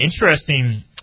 interesting